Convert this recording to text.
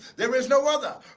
there is no other